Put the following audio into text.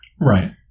Right